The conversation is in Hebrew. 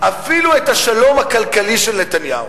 אפילו את השלום הכלכלי של נתניהו,